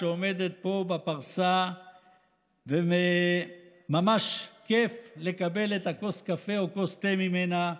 שעומדת פה בפרסה וממש כיף לקבל את כוס הקפה או כוס התה ממנה,